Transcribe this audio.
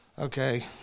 okay